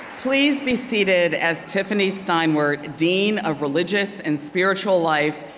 please be seated as tiffany steinwert, dean of religious and spiritual life,